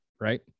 Right